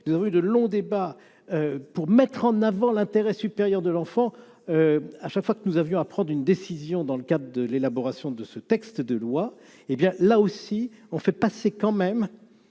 de rue de longs débats pour mettre en avant l'intérêt supérieur de l'enfant, à chaque fois que nous avions à prendre une décision dans le cadre de l'élaboration de ce texte de loi, hé bien là aussi on fait passer quand même